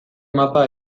mapa